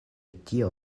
tio